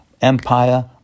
empire